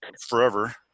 forever